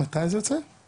הישיבה ננעלה